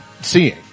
seeing